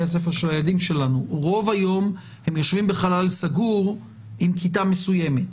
הספר של הילדים שלנו רוב היום הם יושבים בחלל סגור עם כיתה מסוימת.